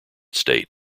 state